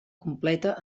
completa